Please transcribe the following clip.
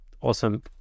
awesome